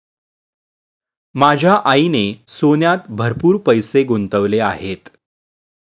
माझ्या आईने सोन्यात भरपूर पैसे गुंतवले आहेत